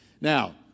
Now